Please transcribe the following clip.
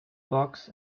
box